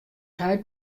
heit